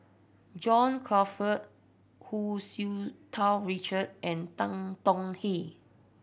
John Crawfurd Hu Tsu Tau Richard and Tan Tong Hye